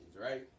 right